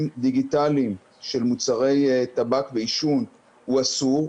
דיגיטליים של מוצרי טבק ועישון הוא אסור.